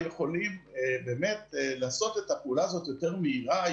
יכולים לעשות את הפעולה הזאת יותר מהירה,